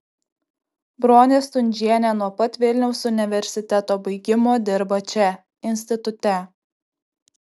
bronė stundžienė nuo pat vilniaus universiteto baigimo dirba čia institute